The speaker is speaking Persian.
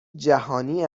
جهانی